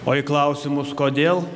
o į klausimus kodėl